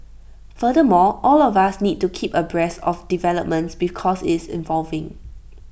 furthermore all of us need to keep abreast of developments because it's evolving